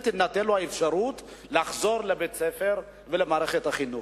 תינתן לו אפשרות לחזור לבית-הספר ולמערכת החינוך.